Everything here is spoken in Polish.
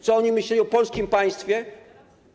Co oni myśleli o polskim państwie?